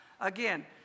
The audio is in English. Again